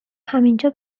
همینجا